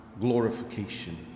glorification